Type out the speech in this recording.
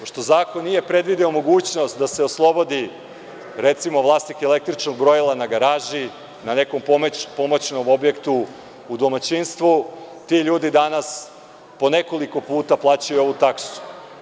Pošto zakon nije predvideo mogućnost da se oslobodi recimo vlasnik električnog brojila na garaži, na nekom pomoćnom objektu u domaćinstvu, ti ljudi danas po nekoliko puta plaćaju ovu taksu.